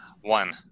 One